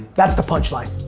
that's the punchline.